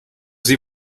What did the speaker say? sie